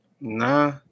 Nah